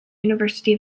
university